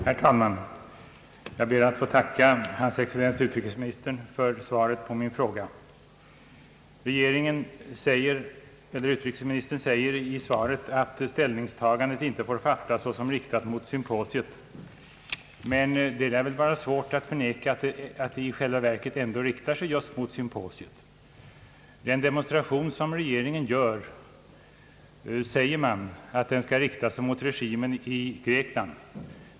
Herr talman! Jag ber att få tacka hans excellens utrikesministern för svaret på min fråga. Utrikesministern säger att ställningstagandet inte får uppfattas såsom riktat mot symposiet, men det lär vara svårt att förneka att ställningstagandet i själva verket ändå riktar sig mot symposiet. Han säger att den demonstration som regeringen gör riktar sig mot regimen i Grekland.